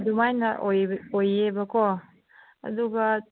ꯑꯗꯨꯃꯥꯏꯅ ꯑꯣꯏꯌꯦꯕꯀꯣ ꯑꯗꯨꯒ